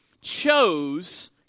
chose